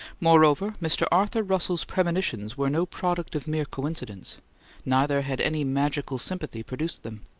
moreover, mr. arthur russell's premonitions were no product of mere coincidence neither had any magical sympathy produced them.